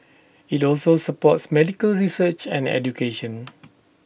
IT also supports medical research and education